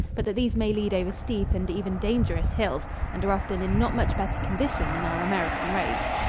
but that these may lead over steep and even dangerous hills and are often in not much better condition than our american roads.